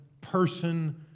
person